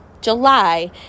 July